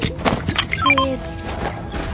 ᱥᱩᱦᱮᱫ